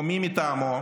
או מי מטעמו,